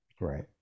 Right